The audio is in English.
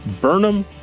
Burnham